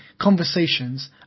conversations